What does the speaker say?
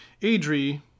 Adri